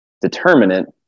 determinant